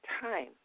time